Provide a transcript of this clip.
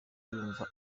yumva